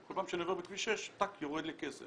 כל פעם שאני עובר בכביש 6 יורד לי כסף.